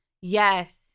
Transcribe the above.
Yes